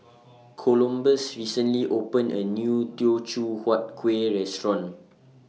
Columbus recently opened A New Teochew Huat Kuih Restaurant